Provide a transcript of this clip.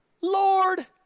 Lord